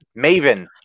maven